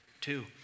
Two